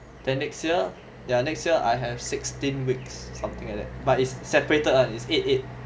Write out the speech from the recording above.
then next year then next year I have sixteen weeks something like that but it's separated one it's eight eight